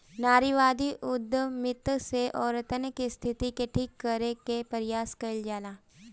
नारीवादी उद्यमिता से औरतन के स्थिति के ठीक करे कअ प्रयास कईल जाला